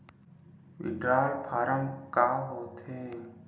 withdrawal form का होथेय